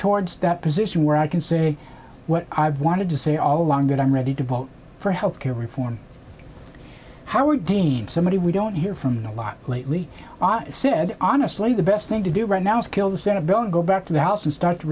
towards that position where i can say what i've wanted to say all along that i'm ready to vote for health care reform howard dean somebody we don't hear from a lot lately on said honestly the best thing to do right now is kill the senate bill and go back to the house and start